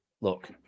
look